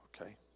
Okay